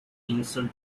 insult